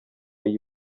y’i